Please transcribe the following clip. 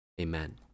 Amen